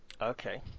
Okay